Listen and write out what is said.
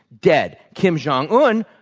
dead. kim jong un,